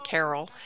Carol